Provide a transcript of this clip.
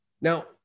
Now